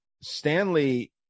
Stanley